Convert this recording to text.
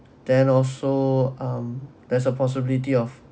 then also um there is a possibility of